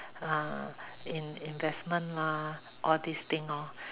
uh investment lah all this thing lor